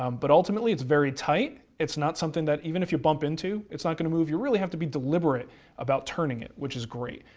um but ultimately it's very tight. it's not something that even if you bump into it's not going to move. you really have to be deliberate about turning it, which is great.